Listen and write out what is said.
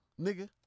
nigga